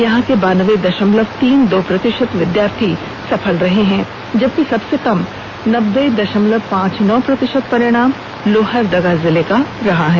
यहां के बयानबे दशमलव तीन दो प्रतिशत विद्यार्थी सफल रहे हैं जबकि सबसे कम नब्बे दशमलव पांच नौ प्रतिशत परिणाम लोहरदगा जिले का रहा है